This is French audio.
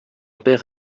père